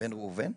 בן ראובן,